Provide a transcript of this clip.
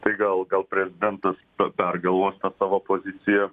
tai gal gal prezidentas pergalvos tą savo poziciją